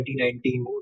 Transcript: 2019